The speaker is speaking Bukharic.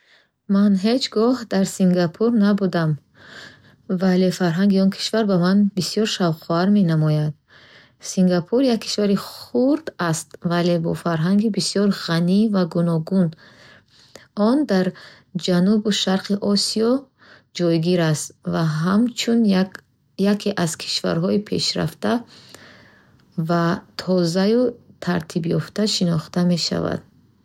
Ман ҳеҷ гоҳ дар Сингапур набудам, вале фарҳанги он кишвар ба ман бисёр шавқовар менамояд. Сингапур як кишвари хурд аст, вале бо фарҳанги бисёр ғанӣ ва гуногун. Он дар ҷанубу шарқи Осиё ҷойгир аст ва ҳамчун як яке аз кишварҳои пешрафта ва тозаю тартибёфта шинохта мешавад.